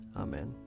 Amen